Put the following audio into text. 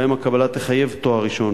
שבהם הקבלה תחייב תואר ראשון,